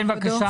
כן, בבקשה.